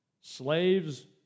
slaves